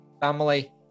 family